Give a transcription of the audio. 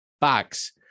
bags